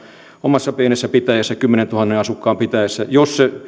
omassa pienessä pitäjässä kymmeneentuhanteen asukkaan pitäjässä jos se